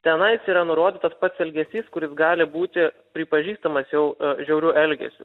tenais yra nurodytas pats elgesys kuris gali būti pripažįstamas jau žiauriu elgesiu